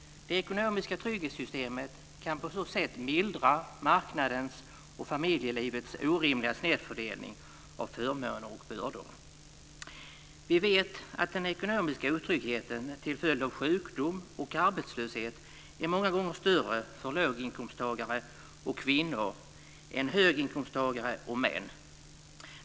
Det ekonomiska trygghetssystemet kan på så sätt mildra marknadens och familjelivets orimliga snedfördelning av förmåner och bördor. Vi vet att den ekonomiska otryggheten till följd av sjukdom och arbetslöshet är många gånger större för låginkomsttagare och kvinnor än höginkomsttagare och män.